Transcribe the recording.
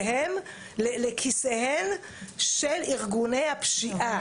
לכיסיהם של ארגוני הפשיעה בחברה הערבית.